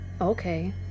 Okay